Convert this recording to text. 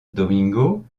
domingo